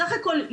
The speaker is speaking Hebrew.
בסך הכל,